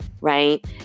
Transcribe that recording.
right